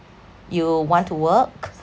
you want to work